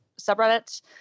subreddit